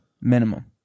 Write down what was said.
Minimum